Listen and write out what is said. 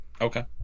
Okay